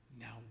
now